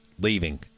leaving